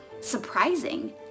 surprising